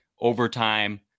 overtime